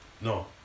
No